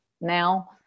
now